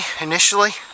initially